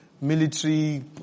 military